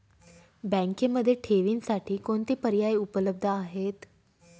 बँकेमध्ये ठेवींसाठी कोणते पर्याय उपलब्ध आहेत?